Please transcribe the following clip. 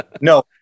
No